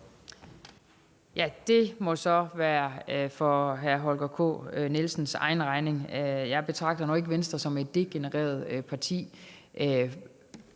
Det må så være for hr. Holger K. Nielsens egen regning. Jeg betragter nu ikke Venstre som et degenereret parti,